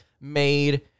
made